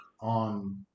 on